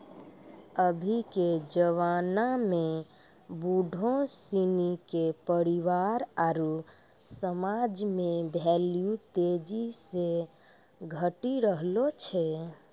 अभी के जबाना में बुढ़ो सिनी के परिवार आरु समाज मे भेल्यू तेजी से घटी रहलो छै